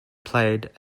played